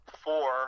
four